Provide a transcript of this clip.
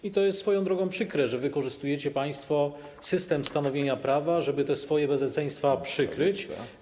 I to jest swoją drogą przykre, że wykorzystujecie państwo system stanowienia prawa, żeby te swoje bezeceństwa przykryć.